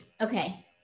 Okay